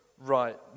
right